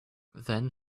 then